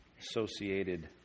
associated